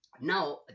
Now